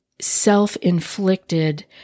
self-inflicted